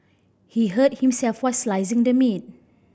he hurt himself while slicing the meat